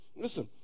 Listen